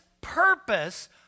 purpose